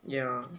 ya